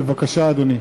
בבקשה, אדוני.